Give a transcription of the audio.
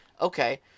okay –